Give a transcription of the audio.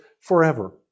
forever